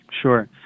Sure